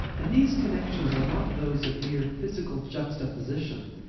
and these connections are not those of mere physical juxtaposition